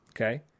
okay